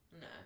no